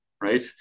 Right